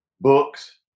books